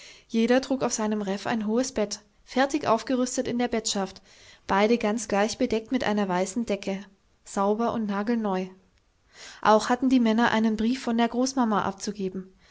jeder trug auf seinem reff ein hohes bett fertig aufgerüstet in der bettschaft beide ganz gleich bedeckt mit einer weißen decke sauber und nagelneu auch hatten die männer einen brief von der großmama abzugeben